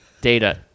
data